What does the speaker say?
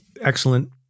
excellent